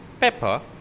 pepper